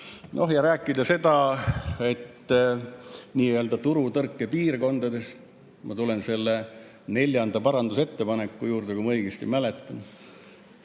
Noh, ja kui rääkida nii‑öelda turutõrke piirkondadest – ma tulen selle neljanda parandusettepaneku juurde, kui ma õigesti mäletan